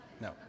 no